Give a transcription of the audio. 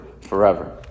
forever